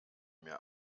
mir